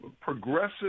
progressive